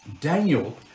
daniel